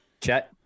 Chet